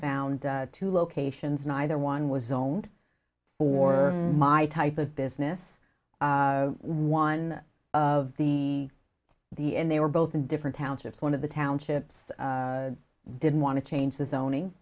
found two locations neither one was zoned for my type of business one of the the and they were both in different townships one of the townships didn't want to change the zoning